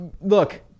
look